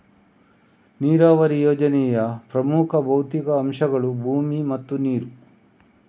ನೀರಾವರಿ ಯೋಜನೆಯ ಪ್ರಮುಖ ಭೌತಿಕ ಅಂಶಗಳು ಭೂಮಿ ಮತ್ತು ನೀರು